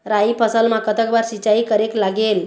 राई फसल मा कतक बार सिचाई करेक लागेल?